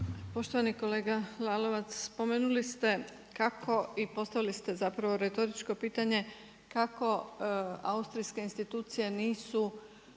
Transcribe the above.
Poštovani kolega Lalovac. Spomenuli ste i kako i spomenuli ste retoričko pitanje kako austrijske institucije nisu